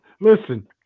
listen